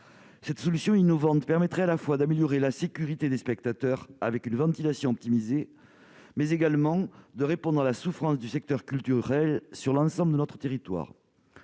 Cette solution innovante permettrait non seulement d'améliorer la sécurité des spectateurs avec une ventilation optimisée, mais également de répondre à la souffrance du secteur culturel sur l'ensemble de notre territoire.